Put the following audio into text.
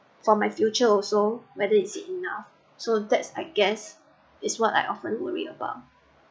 for my future also whether is it enough so that's I guess is what I often worry about